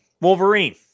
wolverine